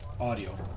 audio